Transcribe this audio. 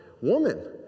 woman